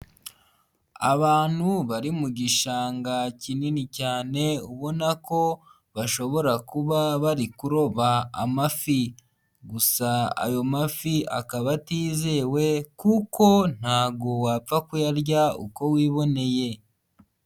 Abantu bari mu gishanga kinini cyane, ubona ko bashobora kuba bari kuroba amafi. Gusa ayo mafi akaba atizewe, kuko ntabwo wapfa kuyarya uko wiboneye.